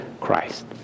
Christ